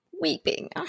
weeping